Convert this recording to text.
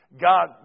God